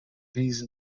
these